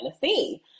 Tennessee